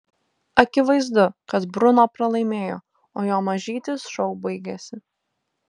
akivaizdu kad bruno pralaimėjo o jo mažytis šou baigėsi